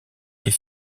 est